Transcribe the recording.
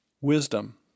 Wisdom